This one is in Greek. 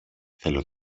θέλω